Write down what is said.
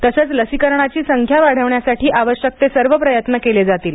तसंच लसीकरणाची संख्या वाढवण्यासाठी आवश्यक ते सर्व प्रयत्न केले जातील